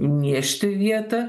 niežti vietą